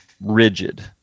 rigid